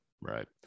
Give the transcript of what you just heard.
right